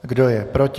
Kdo je proti?